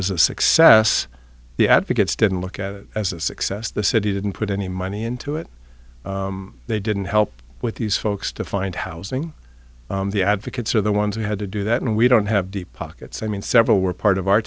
as a success the advocates didn't look at it as a success the city didn't put any money into it they didn't help with these folks to find housing the advocates are the ones who had to do that and we don't have deep pockets i mean several were part of our